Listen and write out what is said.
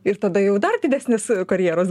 ir tada jau dar didesnis karjeros